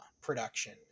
production